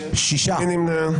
מי נמנע?